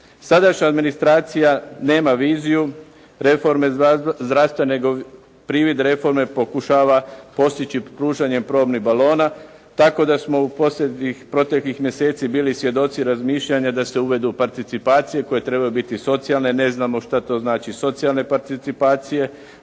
Sadašnja administracija nema viziju reforme zdravstva nego privid reforme pokušava postići pružanjem probnih balona tako da smo u posljednjih proteklih mjeseci bili svjedoci razmišljanja da se uvedu participacije koje trebaju biti socijalne, ne znamo što to znači socijalne participacije,